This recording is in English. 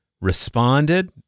responded